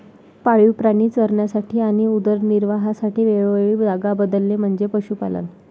पाळीव प्राणी चरण्यासाठी आणि उदरनिर्वाहासाठी वेळोवेळी जागा बदलणे म्हणजे पशुपालन